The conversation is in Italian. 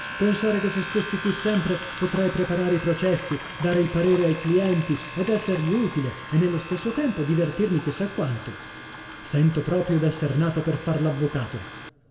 pensare che se stessi qui sempre potrei preparare i processi dare il parere ai clienti ed essergli utile e nello stesso tempo divertirmi chi sa quanto sento proprio d'esser nato per far